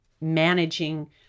managing